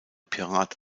pirat